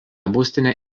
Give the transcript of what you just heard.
būstinė